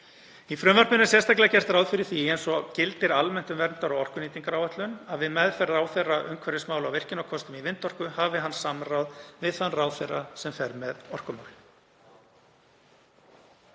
Í frumvarpinu er sérstaklega gert ráð fyrir því, eins og gildir almennt um verndar- og orkunýtingaráætlun, að við meðferð ráðherra umhverfismála á virkjunarkostum í vindorku hafi hann samráð við þann ráðherra sem fer með orkumál.